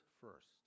first